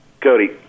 Cody